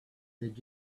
did